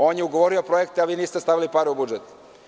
On je ugovorio projekte a vi niste stavili pare u budžet.